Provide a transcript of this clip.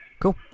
Cool